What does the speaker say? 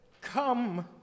Come